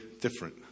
different